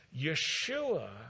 Yeshua